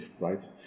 right